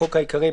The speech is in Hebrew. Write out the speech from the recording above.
החוק העיקרי),